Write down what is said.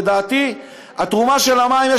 לדעתי התרומה של המים,